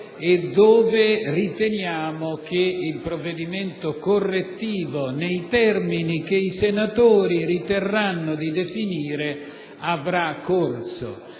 e dove riteniamo che il provvedimento correttivo avrà corso nei termini che i senatori riterranno di definire. Questa